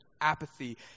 apathy—